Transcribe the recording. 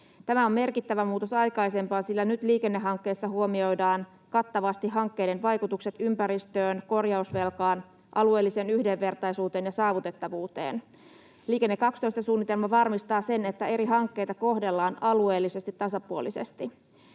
Tämä on merkittävä muutos aikaisempaan, sillä nyt liikennehankkeissa huomioidaan kattavasti hankkeiden vaikutukset ympäristöön, korjausvelkaan, alueelliseen yhdenvertaisuuteen ja saavutettavuuteen. Liikenne 12 ‑suunnitelma varmistaa sen, että eri hankkeita kohdellaan alueellisesti tasapuolisesti.